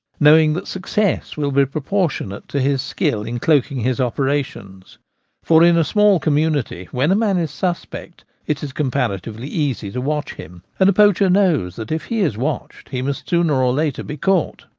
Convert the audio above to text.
knowing that success will be proportionate to his skill in cloak ing his operations for in a small community, when a man is suspect it is comparatively easy to watch him, and a poacher knows that if he is watched he must sooner or later be caught.